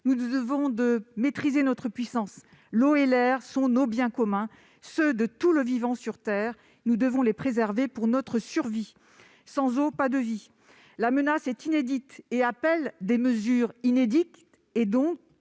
nous devons de maîtriser notre puissance. L'eau et l'air sont nos biens communs, ceux de tout le vivant sur Terre, nous devons les préserver pour notre survie. Sans eau, pas de vie ! Parce qu'elle est inédite, la menace appelle des mesures inédites, et donc